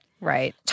Right